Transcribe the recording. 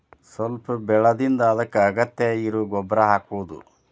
ಸ್ವಲ್ಪ ಬೆಳದಿಂದ ಅದಕ್ಕ ಅಗತ್ಯ ಇರು ಗೊಬ್ಬರಾ ಹಾಕುದು